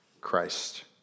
Christ